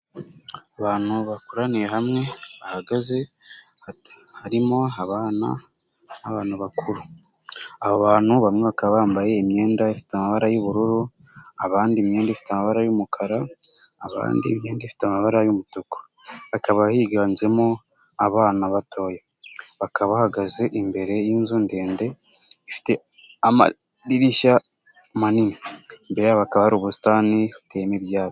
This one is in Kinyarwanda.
Abantu bakoraniye hamwe bahagaze. Harimo abana n'abantu bakuru. Abo bantu bamwe bakaba bambaye imyenda ifite amabara y'ubururu. Abandi imyenda ifite amabara y'umukara. Abandi imyenda ifite amabara y'umutuku. Bakaba higanjemo abana batoya. bakaba bahagaze imbere y'inzu ndende ifite amadirishya manini. Imbere yabo hakaba hari ubusitani buteyemo ibyatsi